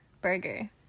burger